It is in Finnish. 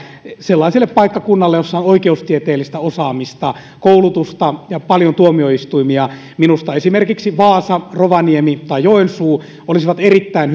sellaiselle paikkakunnalle jossa on oikeustieteellistä osaamista koulutusta ja paljon tuomioistuimia minusta esimerkiksi vaasa rovaniemi tai joensuu olisi erittäin